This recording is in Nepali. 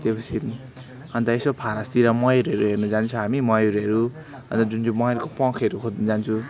त्यसपिछे अन्त यसो फारसतिर मयुरहरू हेर्नु जान्छौँ हामी मयुरहरू अन्त जुन चाहिँ मयुरको प्वाँखहरू खोज्नु जान्छौँ